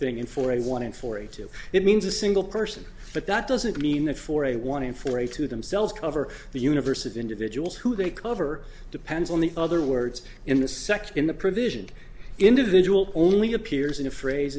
thing in for a one in forty two it means a single person but that doesn't mean that for a one in four a to themselves cover the universe of individuals who they cover depends on the other words in the section the provision individual only appears in a phrase